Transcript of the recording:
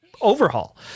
overhaul